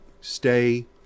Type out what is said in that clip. stay